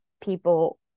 people